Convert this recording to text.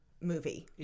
movie